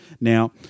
Now